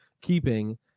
keeping